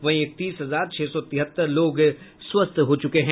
वहीं इकतीस हजार छह सौ तिहत्तर लोग स्वस्थ हो चुके हैं